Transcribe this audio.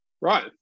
Right